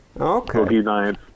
Okay